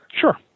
Sure